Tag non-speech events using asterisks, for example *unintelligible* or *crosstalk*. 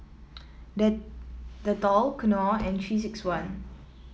*unintelligible* Dettol Knorr and Three six one